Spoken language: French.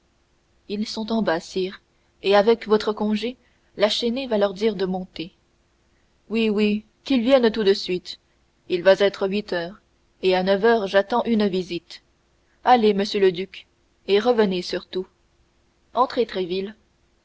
ils sont en bas sire et avec votre congé la chesnaye va leur dire de monter oui oui qu'ils viennent tout de suite il va être huit heures et à neuf heures j'attends une visite allez monsieur le duc et revenez surtout entrez